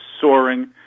soaring